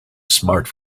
smart